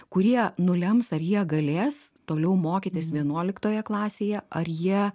kurie nulems ar jie galės toliau mokytis vienuoliktoje klasėje ar jie